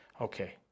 Okay